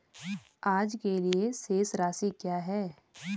आज के लिए शेष राशि क्या है?